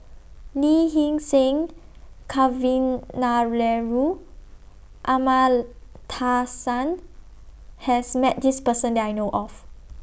Lee Hee Seng Kavignareru has Met This Person that I know of